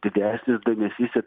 didesnis dėmesys ir